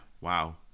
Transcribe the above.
wow